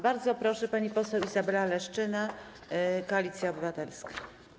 Bardzo proszę, pani poseł Izabela Leszczyna, Koalicja Obywatelska.